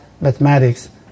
mathematics